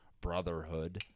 brotherhood